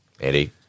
Eddie